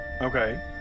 okay